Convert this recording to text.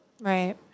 Right